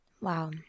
Wow